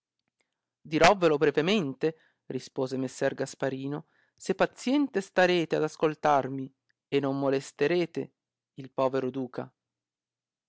dirovvelo brevemente rispose messer gasparino se paziente starete ad ascoltarmi e non molestarete il povero duca